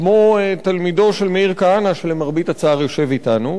כמו תלמידו של מאיר כהנא, שלמרבה הצער יושב אתנו.